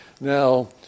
Now